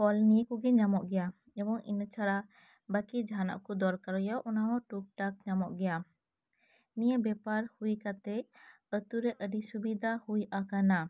ᱯᱷᱚᱞ ᱱᱤᱭᱟᱹᱠᱩᱜᱤ ᱧᱟᱢᱚᱜ ᱜᱮᱭᱟ ᱡᱮᱢᱚᱱ ᱤᱱᱟᱹ ᱪᱷᱟᱲᱟ ᱵᱟᱹᱠᱤ ᱡᱟᱦᱟᱱᱟᱜ ᱠᱩ ᱫᱚᱨᱠᱟᱨ ᱦᱩᱭᱩᱜᱼᱟ ᱚᱱᱟᱦᱚᱸ ᱴᱩᱠ ᱴᱟᱜ ᱧᱟᱢᱚᱜ ᱜᱮᱭᱟ ᱱᱤᱭᱟᱹ ᱵᱮᱯᱟᱨ ᱦᱩᱭ ᱠᱟᱛᱮᱫ ᱟᱛᱩᱨᱮ ᱟᱹᱰᱤ ᱥᱩᱵᱤᱫᱷᱟ ᱦᱩᱭ ᱟᱠᱟᱱᱟ